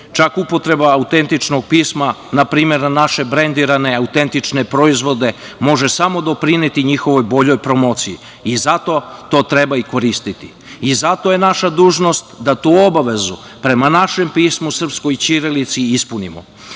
Čak upotreba autentičnog pisma npr. naše brendirane autentične proizvode može samo doprineti njihovoj boljoj promociji. Zato to treba i koristiti. Zato je naša dužnost da tu obavezu prema našem pismu, srpskoj ćirilici ispunimo. Napomenuo